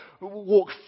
walk